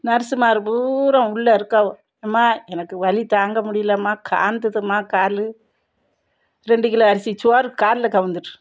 நர்ஸுமாரு பூராம் உள்ள இருக்காவோ எம்மா எனக்கு வலி தாங்க முடியலம்மா காந்துதம்மா காலு ரெண்டு கிலோ அரிசி சோறு கால்ல கவுந்துட்டு